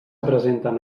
presenten